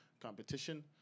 competition